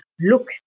look